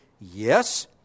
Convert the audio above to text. Yes